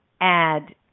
add